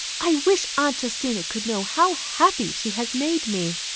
i wish aunt justina could know how happy she has made me.